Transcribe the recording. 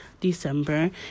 December